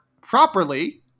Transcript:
properly